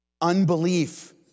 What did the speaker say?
unbelief